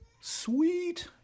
Sweet